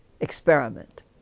experiment